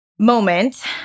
moment